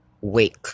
wake